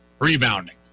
rebounding